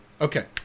Okay